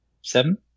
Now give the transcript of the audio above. seven